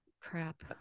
Crap